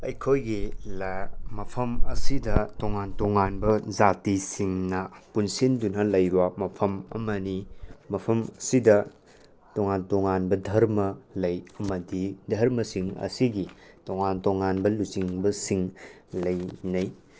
ꯑꯩꯈꯣꯏꯒꯤ ꯃꯐꯝ ꯑꯁꯤꯗ ꯇꯣꯉꯥꯟ ꯇꯣꯉꯥꯟꯕ ꯖꯥꯇꯤꯁꯤꯡꯅ ꯄꯨꯟꯁꯤꯟꯗꯨꯅ ꯂꯩꯕ ꯃꯐꯝ ꯑꯃꯅꯤ ꯃꯐꯝ ꯑꯁꯤꯗ ꯇꯣꯉꯥꯟ ꯇꯣꯉꯥꯟꯕ ꯙꯔꯃ ꯂꯩ ꯑꯃꯗꯤ ꯙꯔꯃꯁꯤꯡ ꯑꯁꯤꯒꯤ ꯇꯣꯉꯥꯟ ꯇꯣꯉꯥꯟꯕ ꯂꯨꯆꯤꯡꯕꯁꯤꯡ ꯂꯩꯅꯩ